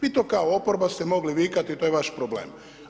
Vi to kao oporba ste mogli vikati i to je vaš problem.